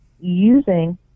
using